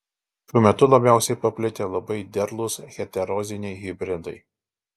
šiuo metu labiausiai paplitę labai derlūs heteroziniai hibridai